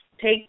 take